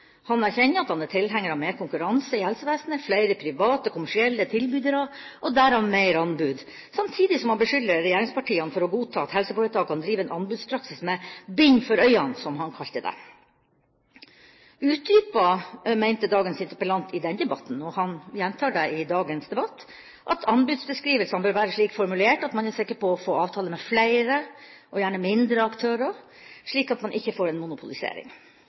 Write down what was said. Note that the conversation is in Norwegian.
Han erkjenner at han er tilhenger av mer konkurranse i helsevesenet, flere private og kommersielle tilbydere og derav mer anbud, samtidig som han beskylder regjeringspartiene for å godta at helseforetakene driver en anbudspraksis med «bind for øynene», som han sa. Utdypet mente dagens interpellant i den debatten – og han gjentar det i dagens debatt – at anbudsbeskrivelsene bør være slik formulert at man er sikker på å få avtale med flere, og gjerne mindre, aktører, slik at man ikke får en monopolisering.